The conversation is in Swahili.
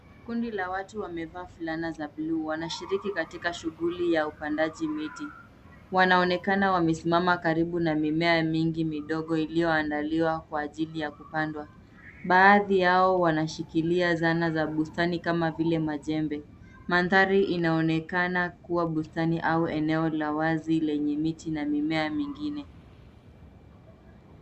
Kundi la watu wamevaa fulana za bluu wanashiriki katika shughuli ya upandaji miti. Wanaonekana wamesimama karibu na mimea mingi midogo iliyoandaliwa kwa ajili ya kupandwa. Baadhi yao wanashikilia zana za bustani kama vile: majembe. Mandhari inaonekana kuwa bustani au eneo la wazi lenye miti na mimea mingine.